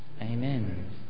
Amen